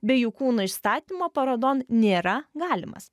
bei jų kūnų išstatymo parodon nėra galimas